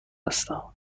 هستم